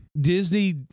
Disney